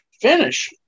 finish